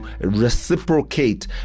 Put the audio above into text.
reciprocate